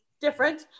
different